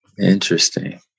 Interesting